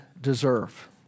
deserve